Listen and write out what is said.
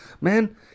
man